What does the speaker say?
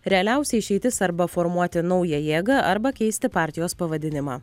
realiausia išeitis arba formuoti naują jėgą arba keisti partijos pavadinimą